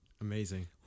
Amazing